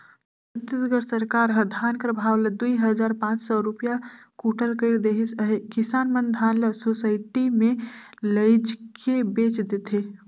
छत्तीसगढ़ सरकार ह धान कर भाव ल दुई हजार पाच सव रूपिया कुटल कइर देहिस अहे किसान मन धान ल सुसइटी मे लेइजके बेच देथे